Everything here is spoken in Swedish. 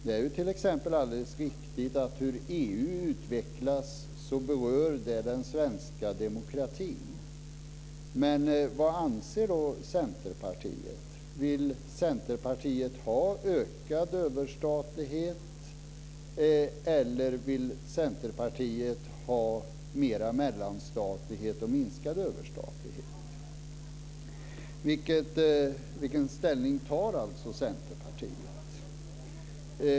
Det är t.ex. alldeles riktigt att det berör den svenska demokratin hur EU utvecklas. Men vad anser då Centerpartiet? Vill Centerpartiet ha ökad överstatlighet, eller vill Centerpartiet ha mer mellanstatlighet och minskad överstatlighet? Vilken ställning tar Centerpartiet?